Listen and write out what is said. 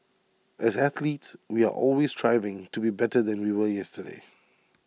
as athletes we are always striving to be better than we were yesterday